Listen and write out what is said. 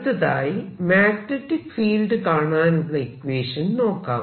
അടുത്തതായി magnetic field കാണാനുള്ള equation നോക്കാം